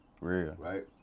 Right